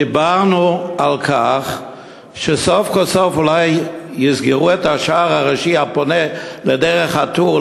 דיברנו על כך שאולי סוף כל סוף יסגרו את השער הראשי הפונה לדרך א-טור,